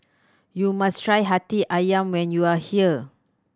you must try Hati Ayam when you are here